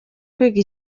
kwiga